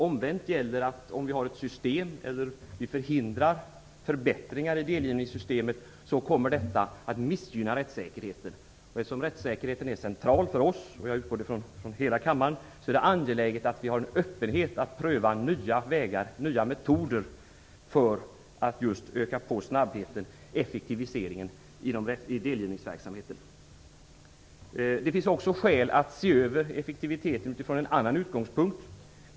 Omvänt gäller, att om vi förhindrar förbättringar i delgivningssystemet kommer detta att missgynna rättssäkerheten. Eftersom rättssäkerheten är central för oss - jag utgår att den är det för hela kammaren - är det angeläget att vi har en öppenhet för att pröva nya vägar och nya metoder för att just öka på snabbheten och effektiviseringen i delgivningsverksamheten. Det finns också skäl att se över effektiviteten från en annan utgångspunkt.